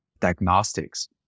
diagnostics